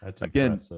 Again